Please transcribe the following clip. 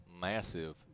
massive